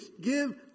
give